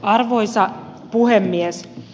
arvoisa puhemies